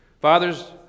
Fathers